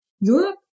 Europe